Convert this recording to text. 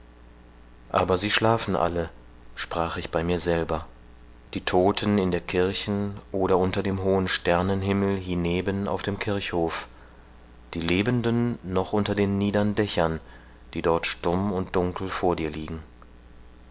aber sie schlafen alle sprach ich bei mir selber die todten in der kirchen oder unter dem hohen sternenhimmel hieneben auf dem kirchhof die lebenden noch unter den niedern dächern die dort stumm und dunkel vor dir liegen